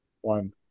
One